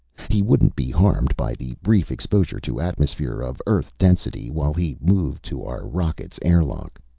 he wouldn't be harmed by the brief exposure to atmosphere of earth-density while he moved to our rocket's airlock.